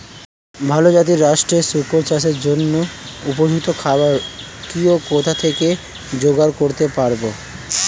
ভালো জাতিরাষ্ট্রের শুকর চাষের জন্য উপযুক্ত খাবার কি ও কোথা থেকে জোগাড় করতে পারব?